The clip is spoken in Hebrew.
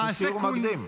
עשו סיור מקדים.